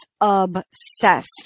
obsessed